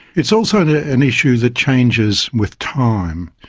it is also an ah an issue that changes with time.